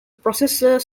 processor